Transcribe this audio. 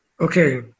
okay